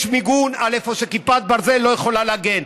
ויש מיגון איפה שכיפת ברזל לא יכולה להגן.